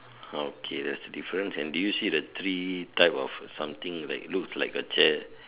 okay there is a difference and did you see three type of something like looks like a jet